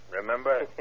Remember